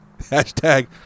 Hashtag